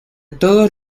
todos